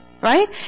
Right